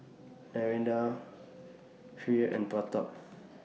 Narendra Hri and Pratap